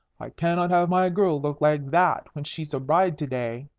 i cannot have my girl look like that when she's a bride to-day.